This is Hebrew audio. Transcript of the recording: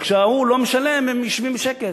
וכשההוא לא משלם, הם יושבים בשקט.